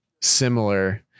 similar